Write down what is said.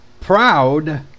proud